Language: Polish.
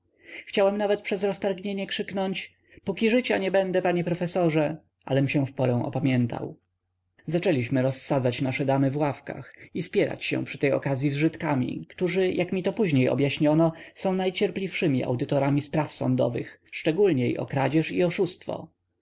chciałem nawet przez roztargnienie krzyknąć póki życia nie będę panie profesorze alem się wporę opamiętał zaczęliśmy rozsadzać nasze damy w ławkach i spierać się przy tej okazyi z żydkami którzy jak mi to później objaśniono są najcierpliwszymi audytorami spraw sądowych szczególniej o kradzież i oszustwo